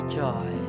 joy